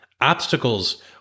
obstacles